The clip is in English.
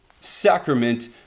sacrament